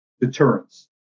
deterrence